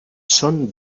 són